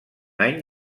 any